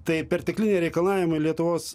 tai pertekliniai reikalavimai lietuvos